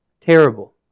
Terrible